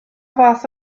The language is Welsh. fath